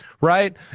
Right